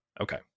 Okay